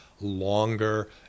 longer